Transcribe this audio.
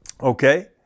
Okay